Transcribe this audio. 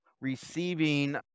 receiving